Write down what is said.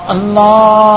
Allah